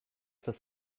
dass